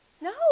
No